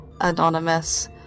anonymous